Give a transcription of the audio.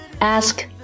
ask